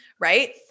Right